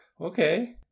okay